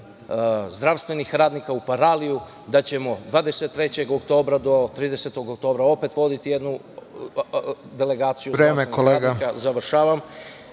zdravstvenih radnika u Paraliju, da ćemo 23. oktobra do 30. oktobra opet voditi jednu delegaciju zdravstvenih radnika.(Predsedavajući: